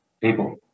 people